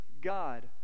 God